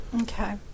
Okay